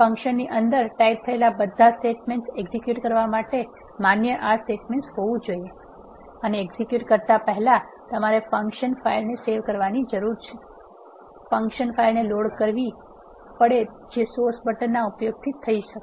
ફંક્શનની અંદર ટાઇપ થયેલ બધા સ્ટેટમેન્ટ્સ એક્ઝેક્યુટ કરવા માટે માન્ય R સ્ટેટમેંટ્સ હોવું જોઈએ અને એક્ઝેક્યુટ કરતા પહેલા તમારે ફંકશન ફાઇલને સેવ કરવાની જરૂર છે ફંક્શન ફાઇલ ને લોડ કરવી પડે જે સોર્સ બટન ના ઉપયોગથી થશે